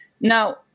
Now